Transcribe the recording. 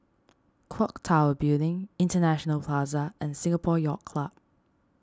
Clock Tower Building International Plaza and Singapore Yacht Club